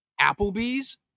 Applebee's